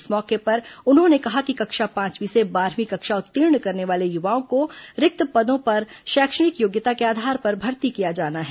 इस मौके पर उन्होंने कहा कि कक्षा पांचवीं से बारहवीं कक्षा उत्तीर्ण करने वाले युवाओं को रिक्त पदों पर शैक्षणिक योग्यता के आधार पर भर्ती किया जाना है